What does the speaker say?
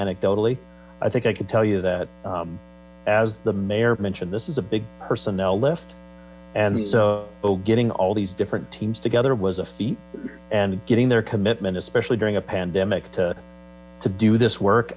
anecdotally i think i can tell you that as the mayor mentioned this is a big personnel lift and so getting all these different teams together was a feat and getting their commitment especially during a pandemic to to do this work